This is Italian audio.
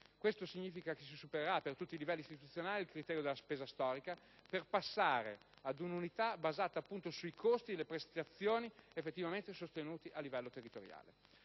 Questo significa che si supererà, per tutti i livelli istituzionali, il criterio della spesa storica, per passare ad un'unità di misura basata appunto sui costi delle prestazioni effettivamente sostenuti a livello territoriale.